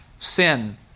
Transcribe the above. Sin